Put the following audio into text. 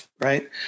right